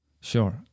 Sure